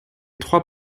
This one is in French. trois